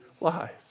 lives